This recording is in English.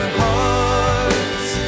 hearts